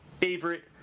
favorite